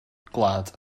gwlad